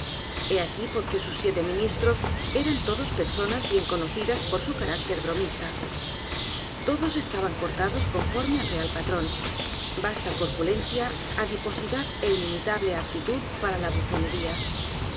he aquí porqué sus siete ministros eran todos personas bien conocidas por su carácter bromisfa todos estaban cortados conforme al real patrón vasta corpulencia adiposidad é inimitable aptitud para la bufonería